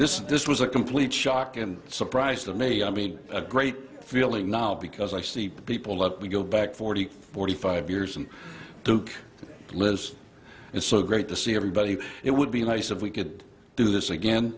this is this was a complete shock and surprise to me i mean a great feeling now because i see people let me go back forty forty five years and took the list it's so great to see everybody it would be nice if we could do this again